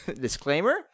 Disclaimer